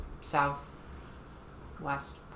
south-west